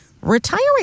retiring